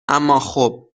اماخب